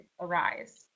arise